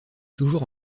toujours